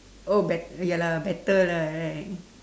oh bet~ ya lah better lah right